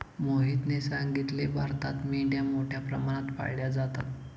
मोहितने सांगितले, भारतात मेंढ्या मोठ्या प्रमाणात पाळल्या जातात